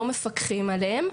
לא מפקחים עליהן,